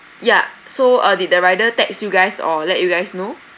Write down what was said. yeah so uh did the rider text you guys or let you guys know